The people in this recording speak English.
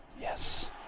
Yes